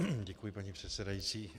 Děkuji, paní předsedající.